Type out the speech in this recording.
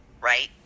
right